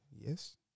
Yes